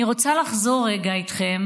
אני רוצה לחזור רגע איתכם